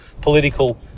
political